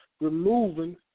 Removing